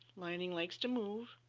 lining likes to move,